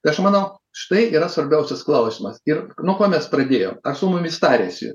tai aš manau štai yra svarbiausias klausimas ir nuo mes pradėjom su mumis tariasi